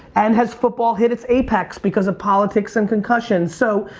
and has football hit its apex because of politics and concussions. so,